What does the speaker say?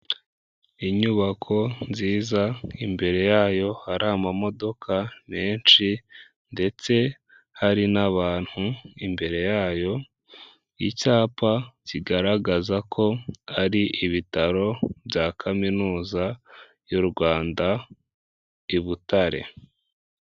Inyubako nziza imbere yayo hari amamodoka menshi ndetse hari n'abantu imbere yayo icyapa kigaragaza ko ari ibitaro bya kaminuza y'u Rwanda i Butare.